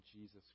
Jesus